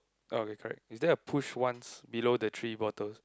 okay correct is there a push once below the three bottles